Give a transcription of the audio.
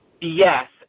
Yes